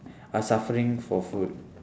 are suffering for food